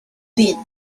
been